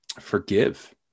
forgive